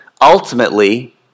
ultimately